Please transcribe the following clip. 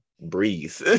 breathe